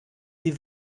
sie